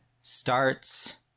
starts